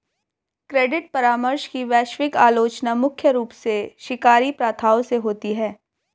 credit परामर्श की वैश्विक आलोचना मुख्य रूप से शिकारी प्रथाओं से होती है